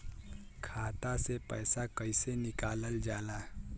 खाता से पैसा कइसे निकालल जाला?